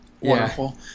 wonderful